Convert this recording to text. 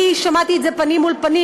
אני שמעתי את זה פנים אל פנים,